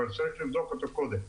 אבל צריך לבדוק אותו קודם.